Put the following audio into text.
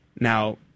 Now